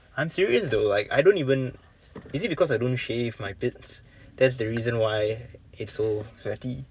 I'm serious though like I don't even is it because I don't shave my pits that's the reason why it's so sweaty